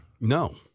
No